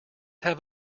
have